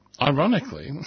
ironically